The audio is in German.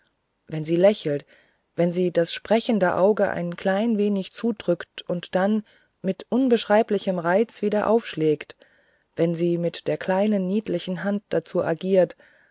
wenn sie lächelt wenn sie das sprechende auge ein klein wenig zudrückt und dann mit unbeschreiblichem reiz wieder aufschlägt wenn sie mit der kleinen niedlichen hand dazu agiert